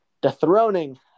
dethroning